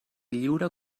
lliure